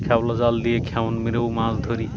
খ্যাপলা জাল দিয়ে খেওন মেরেও মাছ ধরি